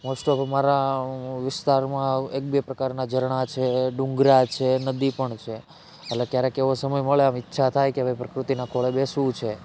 most of અમારા વિસ્તારમાં એક બે પ્રકારનાં ઝરણાં છે ડુંગરા છે નદી પણ છે એટલે ક્યારેક એવો સમય મળે આમ ઈચ્છા થાયે કે ભાઈ પ્રકૃતિના ખોળે બેસવું છે